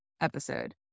episode